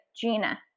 Gina